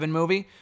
movie